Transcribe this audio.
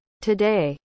Today